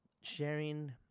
sharing